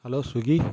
hello Swiggy